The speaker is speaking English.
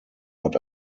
but